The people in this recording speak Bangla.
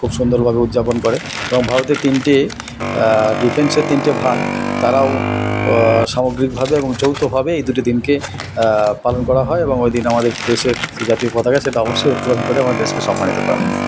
খুব সুন্দরভাবে উদযাপন করে এবং ভারতের তিনটে ডিফেন্সের তিনটে ভাগ তারাও সামগ্রিকভাবে এবং যৌথভাবে এই দুটি দিনকে পালন করা হয় এবং ওই দিন আমাদের দেশের জাতীয় পতাকা সেটা অবশ্যই উত্তলন করে আমরা দেশকে সম্মানিত করা হয়